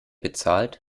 bezahlt